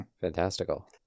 Fantastical